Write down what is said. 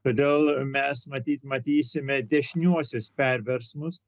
todėl mes matysime dešiniuosius perversmus